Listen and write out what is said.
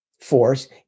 force